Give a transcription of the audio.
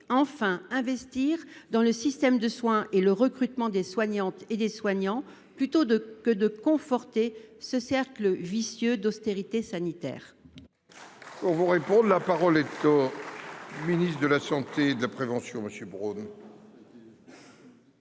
enfin dans le système de soin et dans le recrutement de soignantes et de soignants au lieu de conforter ce cercle vicieux d'austérité sanitaire